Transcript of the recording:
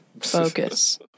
Focus